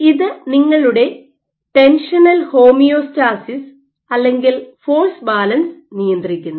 ഇത് നിങ്ങളുടെ tensional homeostasis അല്ലെങ്കിൽ ഫോഴ്സ് ബാലൻസ് നിയന്ത്രിക്കുന്നു